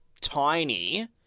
tiny